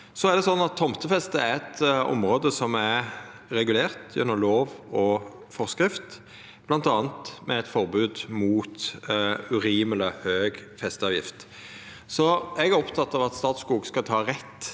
Tomtefeste er eit område som er regulert gjennom lov og forskrift, bl.a. med eit forbod mot urimeleg høg festeavgift. Eg er oppteken av at Statskog skal ta rett